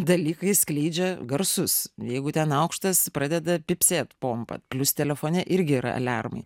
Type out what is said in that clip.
dalykai skleidžia garsus jeigu ten aukštas pradeda pypsėt pompa plius telefone irgi yra aliarmai